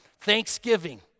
Thanksgiving